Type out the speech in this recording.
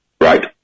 Right